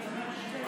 בשבועיים.